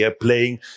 playing